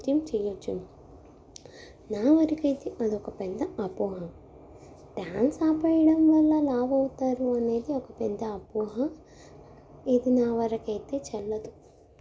నృత్యం చెయ్యవచ్చు నావరకు అయితే అదొక పెద్ద అపోహ డ్యాన్స్ ఆపేయడం వల్ల లావు అవుతారు అనేది ఒక పెద్ద అపోహ ఇది నావరకు అయితే చెల్లదు